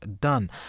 done